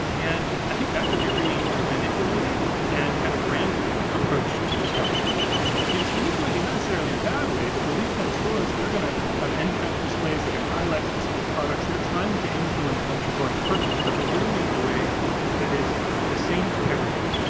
and i think that's a very manipulating and kind of random approach to discovering things. it's manipulating not necessarily in a bad way, but the retail stores, they're going to have end-cap displays, they're going to highlight specific products. they're trying to influence what you're going to purchase, but they're doing it in a way that is the same for everyone.